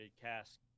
cast